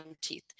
teeth